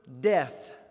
death